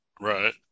Right